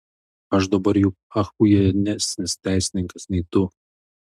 aš dabar juk achujienesnis teisininkas nei tu